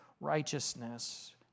righteousness